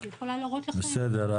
אני יכולה להראות לכם -- בסדר,